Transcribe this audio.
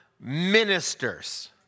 ministers